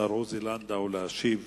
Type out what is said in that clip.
השר עוזי לנדאו, להשיב